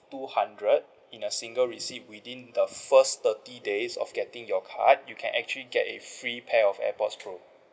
two hundred in a single receipt within the first thirty days of getting your card you can actually get a free pair of Airpod pro